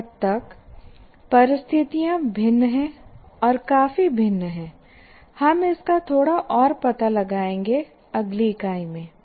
इस हद तक परिस्थितियाँ भिन्न हैं और काफी भिन्न हैं हम इसका थोड़ा और पता लगाएंगे अगली इकाई में